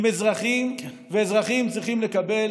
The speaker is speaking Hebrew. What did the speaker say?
הם אזרחים, ואזרחים צריכים לקבל